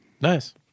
Nice